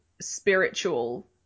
spiritual